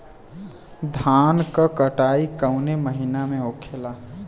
धान क कटाई कवने महीना में होखेला?